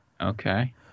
Okay